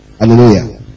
Hallelujah